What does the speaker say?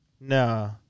No